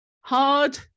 Hard